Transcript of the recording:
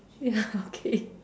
ya okay